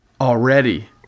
already